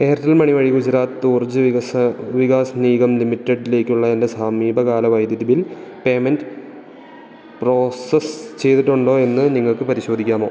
Airtel മണി വഴി ഗുജറാത്തൂർജ വികസ വികാസ് നിഗം ലിമിറ്റഡിലേക്കുള്ള എൻ്റെ സമീപകാല വൈദ്യുതി ബിൽ പേയ്മെൻ്റ് പ്രോസസ്സ് ചെയ്തിട്ടുണ്ടോ എന്ന് നിങ്ങൾക്ക് പരിശോധിക്കാമോ